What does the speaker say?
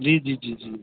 ਜੀ ਜੀ ਜੀ ਜੀ